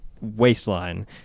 waistline